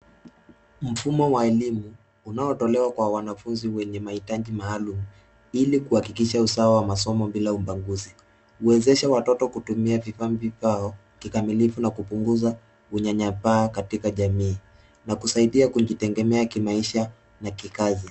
Mfumo wa elimu, unaotolewa kwenye wanafunzi wenye mahitaji maalum, ili kuhakikisha usawa wa masomo bila ubaguzi. Huwezesha watoto kutumia vipambi vyao, kikamilifu na kupunguza unyanyapaa katika jamii, na kusaidia kujitegemea kimaisha na kikazi.